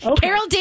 Carol